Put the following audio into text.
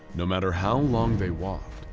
no matter how long they walked,